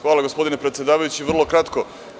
Hvala gospodine predsedavajući, vrlo kratko.